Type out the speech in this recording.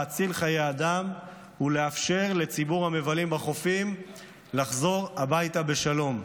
להציל חיי אדם ולאפשר לציבור המבלים בחופים לחזור הביתה בשלום.